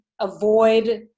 avoid